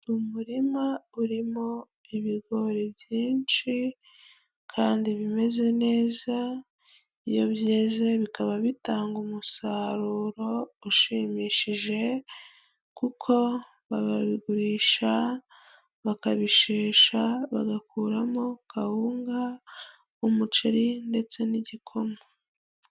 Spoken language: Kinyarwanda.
Umurima urimo ibigori byinshi kandi bimeze neza ,iyo byeze bikaba bitanga umusaruro ushimishije, kuko barabigurisha, bakabishesha, bagakuramo kawunga, umuceri ndetse n'igikoma.